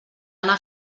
anar